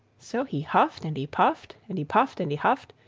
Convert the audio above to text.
so he huffed and he puffed, and he puffed and he huffed,